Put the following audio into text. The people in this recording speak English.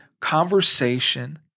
conversation